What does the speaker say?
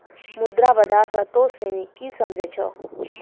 मुद्रा बाजार से तोंय सनि की समझै छौं?